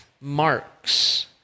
marks